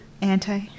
Anti